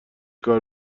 کار